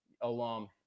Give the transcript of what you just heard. alum